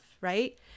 right